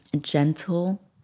gentle